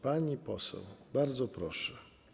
Pani poseł, bardzo proszę.